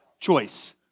Choice